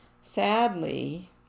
Sadly